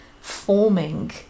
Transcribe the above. forming